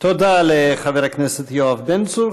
תודה לחבר הכנסת יואב בן צור.